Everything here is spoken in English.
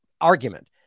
argument